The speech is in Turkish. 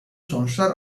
sonuçlar